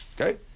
okay